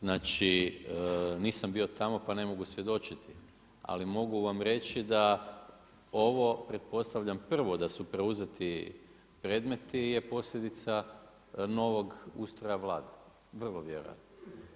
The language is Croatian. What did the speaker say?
Znači nisam bio tamo pa ne mogu svjedočiti, ali mogu vam reći da ovo pretpostavljam, prvo da su preuzeti predmet je posljedica novog ustroja Vlade, vrlo vjerojatno.